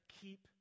keep